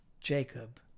Jacob